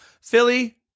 Philly